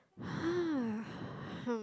!huh! hmm